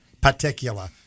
Particular